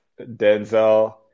Denzel